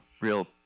real